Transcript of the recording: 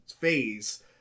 phase